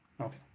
Okay